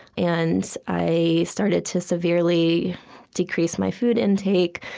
and i started to severely decrease my food intake.